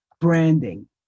branding